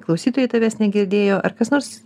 klausytojai tavęs negirdėjo ar kas nors